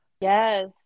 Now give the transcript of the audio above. Yes